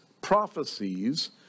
prophecies